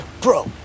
Bro